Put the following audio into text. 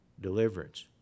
deliverance